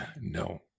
No